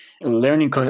Learning